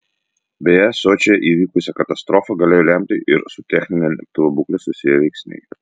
beje sočyje įvykusią katastrofą galėjo lemti ir su technine lėktuvo būkle susiję veiksniai